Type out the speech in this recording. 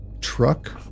truck